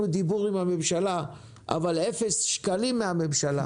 דיבור עם הממשלה אבל אפס שקלים מהממשלה'